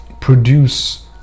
produce